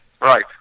Right